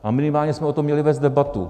A minimálně jsme o tom měli vést debatu.